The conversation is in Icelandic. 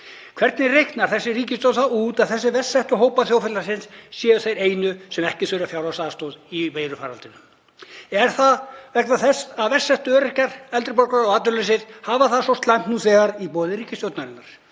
Hvernig reiknar þessi ríkisstjórn út að verst settu hópar þjóðfélagsins séu þeir einu sem ekki þurfa fjárhagsaðstoð í veirufaraldrinum? Er það vegna þess að þeir verst settu, öryrkjar, eldri borgarar og atvinnulausir, hafa það svo slæmt nú þegar í boði ríkisstjórnarinnar